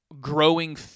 growing